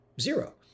Zero